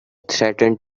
threatened